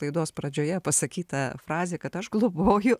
laidos pradžioje pasakyta frazė kad aš globoju